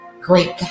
Great